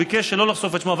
הוא ביקש שלא לחשוף את שמו,